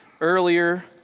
earlier